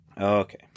Okay